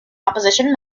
opposition